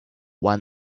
one